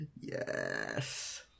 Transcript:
Yes